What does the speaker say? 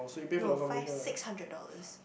no five six hundred dollars